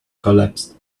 collapsed